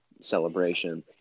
Celebration